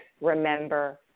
remember